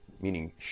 meaning